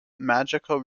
magical